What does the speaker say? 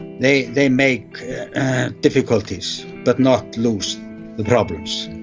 they they make difficulties, but not lose the problems.